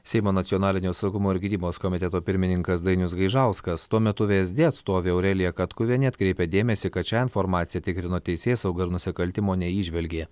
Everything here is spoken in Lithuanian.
seimo nacionalinio saugumo ir gynybos komiteto pirmininkas dainius gaižauskas tuo metu vsd atstovė aurelija katkuvienė atkreipė dėmesį kad šią informaciją tikrino teisėsauga ir nusikaltimo neįžvelgė